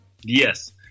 Yes